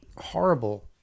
horrible